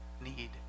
need